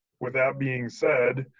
with that being said,